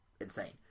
Insane